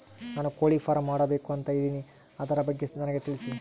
ನಾನು ಕೋಳಿ ಫಾರಂ ಮಾಡಬೇಕು ಅಂತ ಇದಿನಿ ಅದರ ಬಗ್ಗೆ ನನಗೆ ತಿಳಿಸಿ?